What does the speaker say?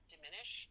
diminish